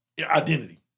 identity